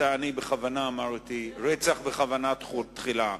בכוונה אמרתי "רצח בכוונה תחילה".